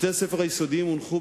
בתי-הספר היסודיים הונחו,